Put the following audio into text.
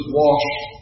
washed